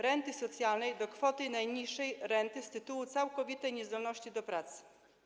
renty socjalnej do kwoty najniższej renty z tytułu całkowitej niezdolności do pracy.